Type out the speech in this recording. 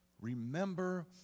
remember